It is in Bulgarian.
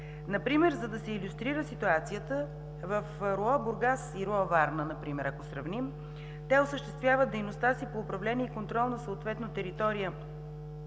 Например, за да се илюстрира ситуацията: в РУО – Бургас и РУО – Варна, ако сравним, те осъществяват дейността си по управление и контрол на съответно територия,